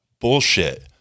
Bullshit